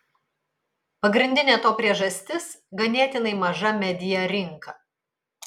pagrindinė to priežastis ganėtinai maža media rinka